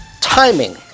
timing